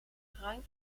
ruim